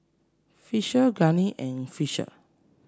Fisher Glennie and Fisher